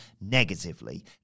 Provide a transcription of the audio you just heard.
negatively